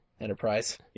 Enterprise